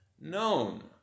known